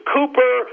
Cooper